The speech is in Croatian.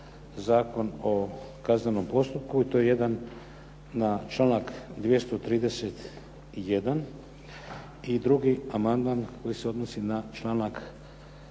Zakon o kaznenom postupku i to je jedan na članak 231. i drugi amandman koji se odnosi na članak 573.